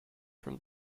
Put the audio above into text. from